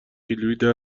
کیلوییده